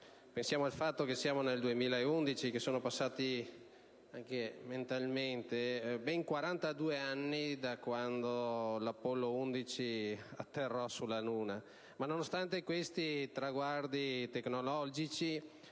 Pensiamo al fatto che siamo nel 2011, che sono passati ben 42 anni da quando l'Apollo 11 sbarcò sulla luna, ma nonostante questi traguardi tecnologici